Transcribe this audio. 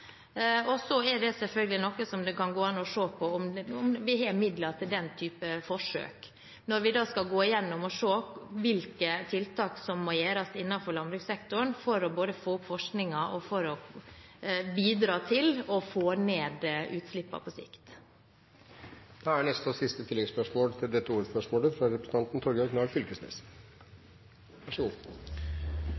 Så er det selvfølgelig noe vi kan se på – om vi har midler til den type forsøk når vi skal gå gjennom hvilke tiltak som må gjøres innenfor landbrukssektoren, både for å få opp forskningen og for å bidra til å få ned utslippene på sikt. Torgeir Knag Fylkesnes – til oppfølgingsspørsmål. Skal vi redusere utsleppa frå landbruket, er